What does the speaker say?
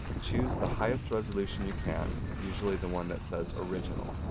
choose the highest resolution you can, usually the one that says original.